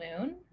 moon